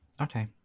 Okay